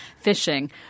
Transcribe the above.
fishing